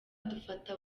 dufata